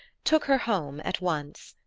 took her home at once.